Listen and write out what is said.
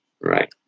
right